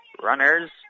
Runners